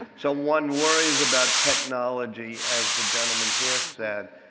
so one worries about technology as the gentleman here said